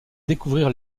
découvrir